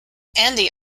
andy